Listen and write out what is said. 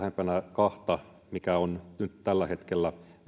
kahta joka nyt tällä hetkellä